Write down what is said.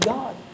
God